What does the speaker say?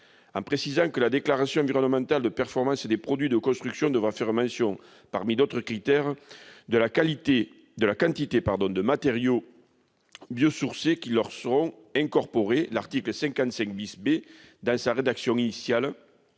En précisant que la déclaration environnementale de performance des produits de construction devra faire mention, parmi d'autres critères, de la quantité de matériaux biosourcés qui seront incorporés, l'article 55 B, dans sa rédaction initiale,